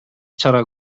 чара